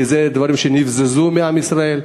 כי אלה דברים שנבזזו מעם ישראל.